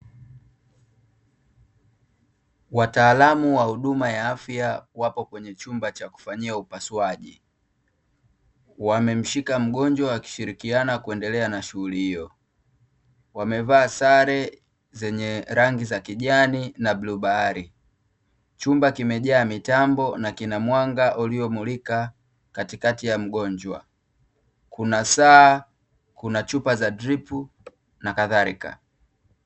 Wataalamu wa huduma ya afya wapo kwenye chumba cha kufanyia upasuaji; wamemshika mgonjwa wakishirikiana kuendelea na shughuli hiyo. Wamevaa sare zenye rangi za kijani pamoja na bluu bahari. Chumba kimejaa mitambo na kina mwanga uliomulika katikati ya mgonjwa. Kuna saa, kuna chupa za dripu, na kadhalika.